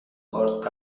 کارت